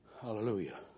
hallelujah